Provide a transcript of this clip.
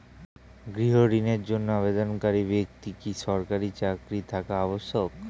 গৃহ ঋণের জন্য আবেদনকারী ব্যক্তি কি সরকারি চাকরি থাকা আবশ্যক?